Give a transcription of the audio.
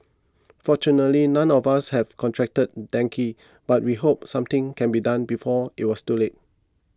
fortunately none of us have contracted dengue but we hope something can be done before it was too late